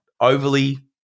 overly